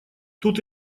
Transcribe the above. тут